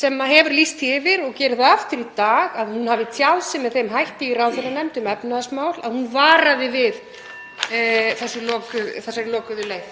sem hefur lýst því yfir og gerir það aftur í dag að hún hafi tjáð sig með þeim hætti í ráðherranefnd um efnahagsmál að hún hafi varað við þessari lokuðu leið.